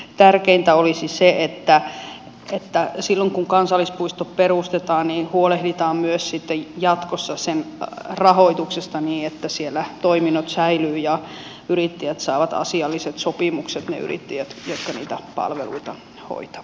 tärkeintä olisi se että silloin kun kansallispuisto perustetaan huolehditaan myös jatkossa sen rahoituksesta niin että siellä toiminnot säilyvät ja yrittäjät saavat asialliset sopimukset ne yrittäjät jotka niitä palveluita hoitavat